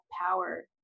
power